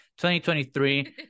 2023